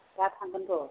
दा थांगोन र'